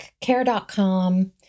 Care.com